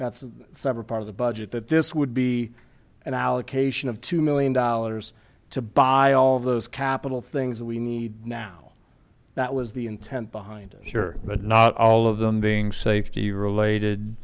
that's a separate part of the budget that this would be an allocation of two million dollars to buy all those capital things that we need now that was the intent behind here but not all of them being safety related